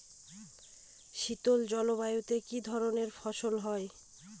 শীতল জলবায়ুতে কি ধরনের ফসল হয়?